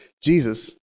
Jesus